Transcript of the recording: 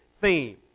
theme